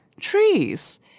Trees